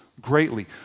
Greatly